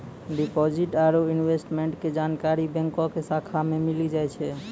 deposit आरू investment के जानकारी बैंको के शाखा मे मिली जाय छै